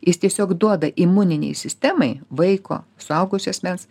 jis tiesiog duoda imuninei sistemai vaiko suaugusio asmens